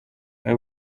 wowe